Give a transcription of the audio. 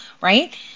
right